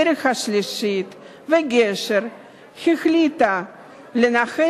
הדרך השלישית וגשר הצליחו לאחר